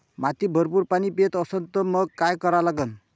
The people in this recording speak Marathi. माती भरपूर पाणी पेत असन तर मंग काय करा लागन?